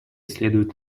следует